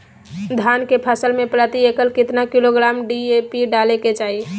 धान के फसल में प्रति एकड़ कितना किलोग्राम डी.ए.पी डाले के चाहिए?